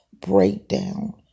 breakdown